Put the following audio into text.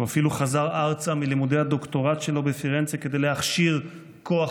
הוא אפילו חזר ארצה מלימודי הדוקטורט שלו בפירנצה כדי להכשיר כוח